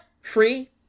Free